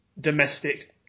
domestic